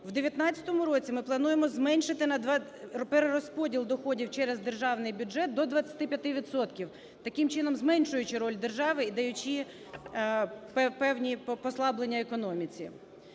в 19-му році ми плануємо зменшити перерозподіл доходів через державний бюджет до 25 відсотків, таким чином зменшуючи роль держави і даючи певні послаблення економіці.